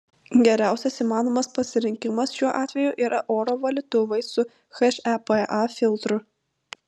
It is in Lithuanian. geriausias įmanomas pasirinkimas šiuo atveju yra oro valytuvai su hepa filtru